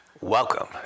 Welcome